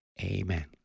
Amen